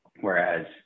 Whereas